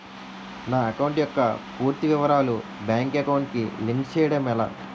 నా అకౌంట్ యెక్క పూర్తి వివరాలు బ్యాంక్ అకౌంట్ కి లింక్ చేయడం ఎలా?